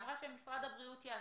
היא אמרה שמשרד הבריאות יעשה.